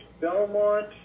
Belmont